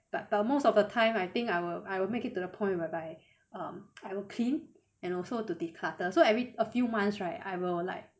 but but most of the time I think I will I will make it to the point whereby um I will clean and also to declutter so every a few months right I will like